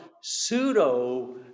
pseudo